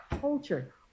culture